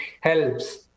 helps